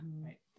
Right